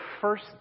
first